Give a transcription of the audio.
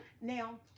Now